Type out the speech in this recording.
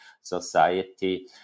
society